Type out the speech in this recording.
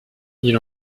ils